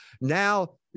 now